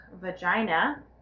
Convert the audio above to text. vagina